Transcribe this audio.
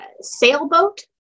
sailboat